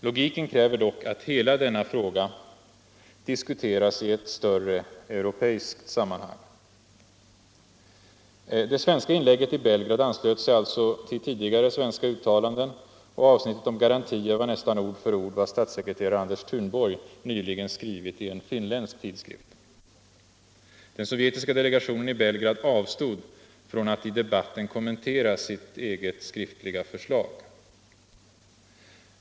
Logiken kräver dock att hela denna fråga diskuteras i ett större europeiskt sammanhang. Det svenska inlägget i Belgrad anslöt sig alltså till tidigare svenska uttalanden och avsnittet om garantier var nästan ord för ord vad statssekreterare Anders Thunborg nyligen skrivit i en finländsk tidskrift. Den sovjetiska delegationen i Belgrad avstod från att i debatten kommentera sitt eget skriftliga förslag.